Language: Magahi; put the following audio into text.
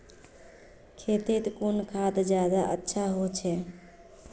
खेतोत कुन खाद ज्यादा अच्छा होचे?